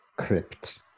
Crypt